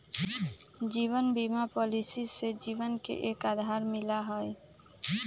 जीवन बीमा पॉलिसी से जीवन के एक आधार मिला हई